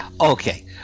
Okay